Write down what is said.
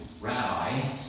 rabbi